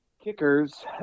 Kickers